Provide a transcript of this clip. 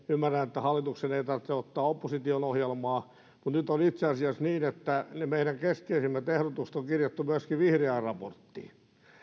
ymmärrän että hallituksen ei tarvitse ottaa opposition ohjelmaa mutta nyt on itse asiassa niin että ne meidän keskeisimmät ehdotuksemme on kirjattu myöskin vihriälän raporttiin